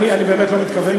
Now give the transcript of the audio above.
אני באמת לא מתכוון,